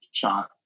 shot